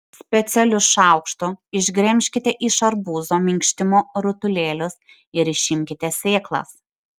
specialiu šaukštu išgremžkite iš arbūzo minkštimo rutulėlius ir išimkite sėklas